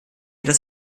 dass